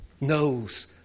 knows